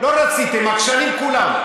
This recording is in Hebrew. לא רציתם, עקשנים כולם.